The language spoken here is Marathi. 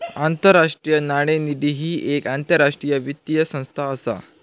आंतरराष्ट्रीय नाणेनिधी ही येक आंतरराष्ट्रीय वित्तीय संस्था असा